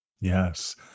Yes